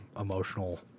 emotional